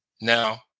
Now